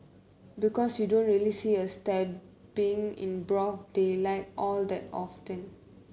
because you don't really see a stabbing in broad daylight all that often